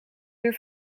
weer